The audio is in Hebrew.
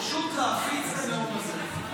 פשוט להפיץ את הנאום הזה.